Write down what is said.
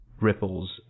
ripples